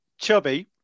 Chubby